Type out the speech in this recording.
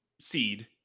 seed